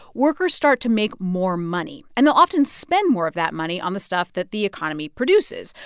workers start to make more money. and they'll often spend more of that money on the stuff that the economy produces.